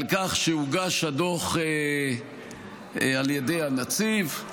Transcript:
על כך שהוגש הדוח על ידי הנציב,